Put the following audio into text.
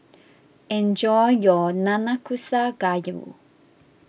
enjoy your Nanakusa Gayu